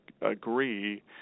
agree